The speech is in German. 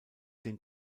den